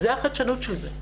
זאת החדשנות שלו.